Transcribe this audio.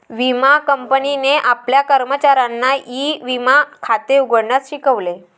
विमा कंपनीने आपल्या कर्मचाऱ्यांना ई विमा खाते उघडण्यास शिकवले